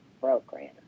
Program